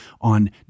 on